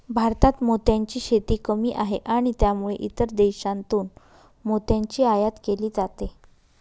भारतात मोत्यांची शेती कमी आहे आणि त्यामुळे इतर देशांतून मोत्यांची आयात केली जाते